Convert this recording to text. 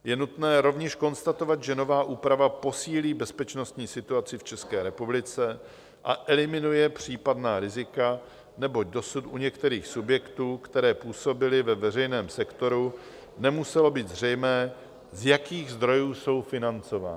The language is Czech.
Je nutné rovněž konstatovat, že nová úprava posílí bezpečnostní situaci v České republice a eliminuje případná rizika, neboť dosud u některých subjektů, které působily ve veřejném sektoru, nemuselo být zřejmé, z jakých zdrojů jsou financovány.